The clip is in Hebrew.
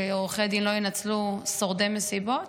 שעורכי דין לא ינצלו שורדי מסיבות,